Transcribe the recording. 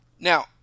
Now